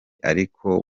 ariko